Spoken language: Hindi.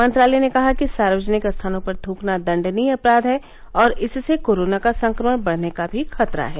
मंत्रालय ने कहा है कि सार्वजनिक स्थानों पर थुकना दंडनीय अपराध है और इससे कोरोना का संक्रमण बढने का भी खतरा है